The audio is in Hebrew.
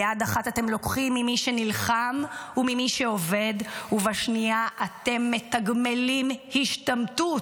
ביד אחת אתם לוקחים ממי שנלחם וממי שעובד ובשנייה אתם מתגמלים השתמטות.